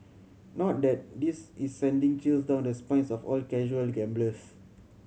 not that this is sending chills down the spines of all casual gamblers